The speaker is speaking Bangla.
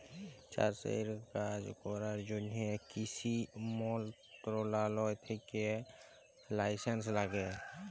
চাষের কাজ ক্যরার জ্যনহে কিসি মলত্রলালয় থ্যাকে লাইসেলস ল্যাগে